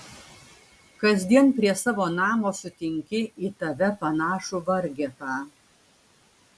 kasdien prie savo namo sutinki į tave panašų vargetą